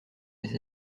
des